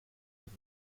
give